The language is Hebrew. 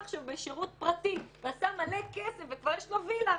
עכשיו בשירות פרטי ועשה מלא כסף וכבר יש לו וילה,